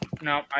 No